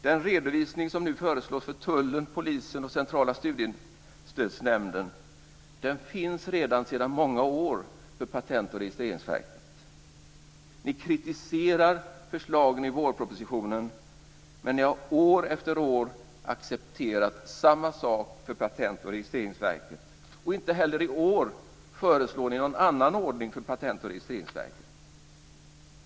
Den redovisning som nu föreslås för tullen, polisen och Centrala studiestödsnämnden finns redan sedan många år för Patent och registreringsverket. Ni kritiserar förslagen i vårpropositionen, men ni har år efter år accepterat samma sak för Patent och registreringsverket. Inte heller i år föreslår ni någon annan ordning för Patent och registreringsverket.